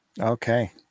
Okay